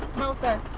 no sir.